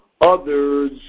others